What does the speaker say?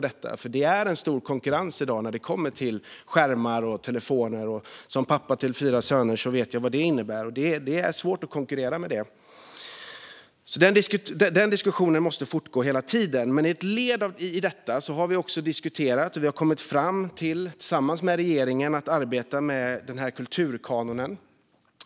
Det finns i dag stor konkurrens från skärmar och telefoner. Som pappa till fyra söner vet jag vad det innebär. Det är svårt att konkurrera med det. Den diskussionen måste fortgå hela tiden. Som ett led i detta har vi diskuterat med regeringen och kommit fram till att vi tillsammans ska arbeta med kulturkanon.